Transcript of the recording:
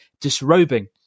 disrobing